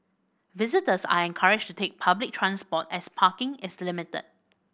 visitors are encouraged to take public transport as parking is limited